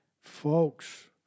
Folks